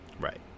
Right